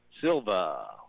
Silva